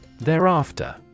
Thereafter